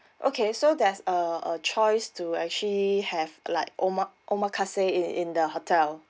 okay so there's a a choice to actually have like oma~ omakase in in the hotel